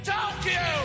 Tokyo